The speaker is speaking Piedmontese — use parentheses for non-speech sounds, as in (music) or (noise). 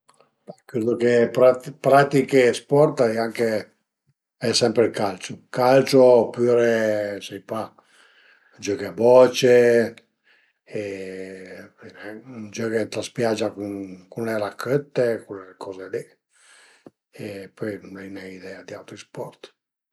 Chërdu che pratiché sport al e anche, al e sempre ël calcio, calcio opüre sai pa, giöghi a boce (hesitation) sai nen, giöghi ën la spiagia cun le rachëtte, cule coze li e pöi n'ai nen idea d'i auti sport